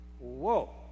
whoa